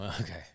Okay